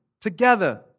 together